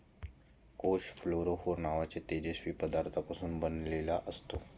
कोष फ्लोरोफोर नावाच्या तेजस्वी पदार्थापासून बनलेला असतो